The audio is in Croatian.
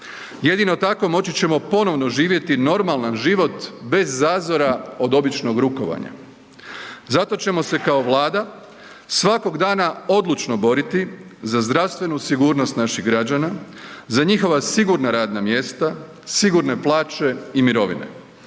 jedino tako moći ćemo ponovno živjeti normalan život bez zazora od običnog rukovanja. Zato ćemo se kao Vlada svakog dana odlučno boriti za zdravstvenu sigurnost naših građana, za njihova sigurna radna mjesta, sigurne plaće i mirovne,